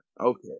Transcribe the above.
Okay